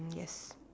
yes